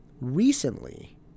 Recently